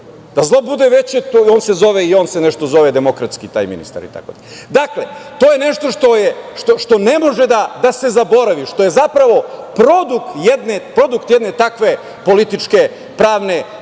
Da zlo bude veće, on se nešto zove demokratski taj ministar itd. Dakle, to je nešto što ne može da se zaboravi, što je zapravo produkt jedne takve političke pravne i